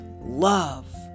love